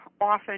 often